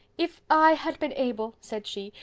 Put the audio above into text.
if i had been able, said she,